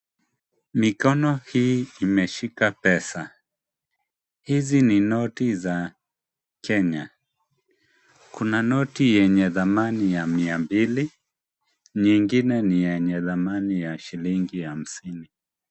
Mikono hii imeshika pesa, hizi ni noti za Kenya, kuna noti yenye thamani ya mia mbili, nyingine ni yenye thamani ya shillingi hamsini.